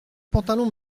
pantalon